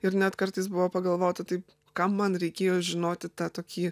ir net kartais buvo pagalvota tai kam man reikėjo žinoti tą tokį